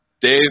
Dave